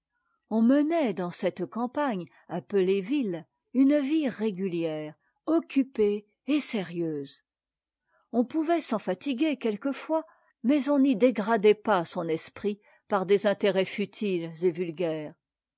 on menait dans cette campagne appelée ville une vie régulière occupée et sérieuse on pouvait s'en fatiguer quelquefois mais on n'y dégradait pas son esprit par des intérêts futiles et vulgaires